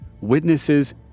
witnesses